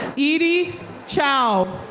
edie chow.